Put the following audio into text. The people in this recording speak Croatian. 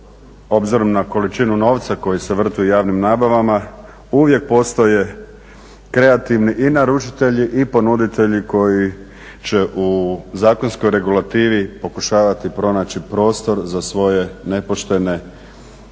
obzirom na količinu novca koji se vrti u javnim nabavama uvijek postoje kreativni i naručitelji i ponuditelji koji će u zakonskoj regulativi pokušavati pronaći prostor za svoje nepoštene ili